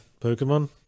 Pokemon